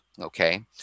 Okay